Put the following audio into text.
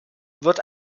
wird